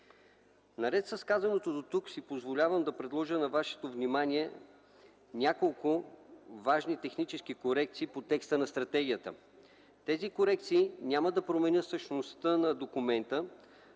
Наред с казаното дотук си позволявам да предложа на вашето внимание няколко важни технически корекции по текста на стратегията. Тези корекции няма да променят същността на документа,